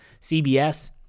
CBS